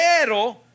Pero